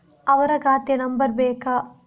ಅವರ ಖಾತೆ ನಂಬರ್ ಬೇಕಾ?